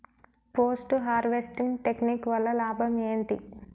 Post harvesting technique వల్ల లాభం ఏంటి?